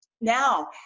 now